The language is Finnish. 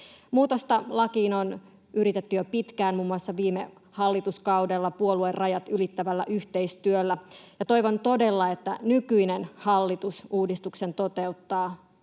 Muutosta lakiin on yritetty jo pitkään, muun muassa viime hallituskaudella puoluerajat ylittävällä yhteistyöllä, ja toivon todella, että nykyinen hallitus uudistuksen toteuttaa.